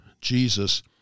Jesus